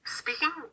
speaking